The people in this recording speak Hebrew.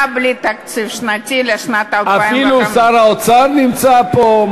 בלי תקציב שנתי לשנת 2015. אפילו שר האוצר נמצא פה,